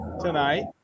tonight